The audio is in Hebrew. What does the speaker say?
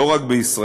לא רק בישראל,